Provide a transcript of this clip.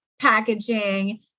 packaging